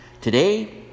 Today